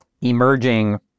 emerging